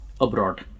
abroad